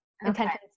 intentions